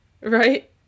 Right